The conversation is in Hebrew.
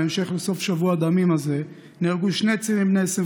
בהמשך לסוף שבוע דמים זה נהרגו שני צעירים בני 25